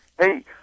hey